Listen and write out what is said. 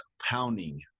pounding